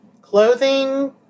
clothing